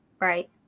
right